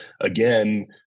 again